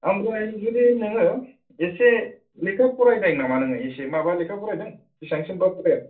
ओमफ्राय जुदि नोङो एसे लेखा फरायनाय नामा नोङो एसे माबा लेखा फरायदों बिसिबांसिमबा फराया